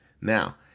Now